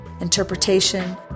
interpretation